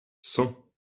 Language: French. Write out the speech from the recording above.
cent